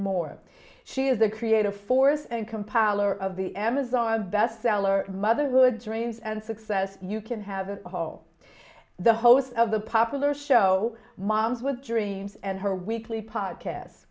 more she is a creative force and compiler of the amazon best seller motherhood dreams and success you can have a whole the host of the popular show moms with dreams and her weekly po